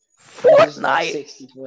Fortnite